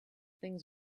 things